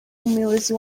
umuyobozi